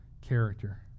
character